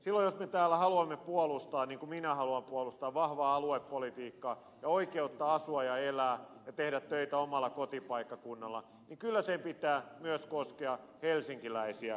silloin jos me täällä haluamme puolustaa niin kuin minä haluan puolustaa vahvaa aluepolitiikkaa ja oikeutta asua ja elää ja tehdä töitä omalla kotipaikkakunnallaan niin kyllä sen pitää koskea myös helsinkiläisiä